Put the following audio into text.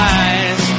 eyes